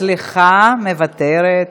סליחה, מוותרת.